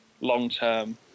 long-term